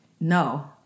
no